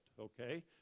Okay